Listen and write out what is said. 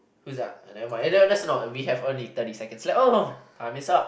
who's that uh never mind that's that's not we have only thirty seconds left oh time is up